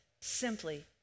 simply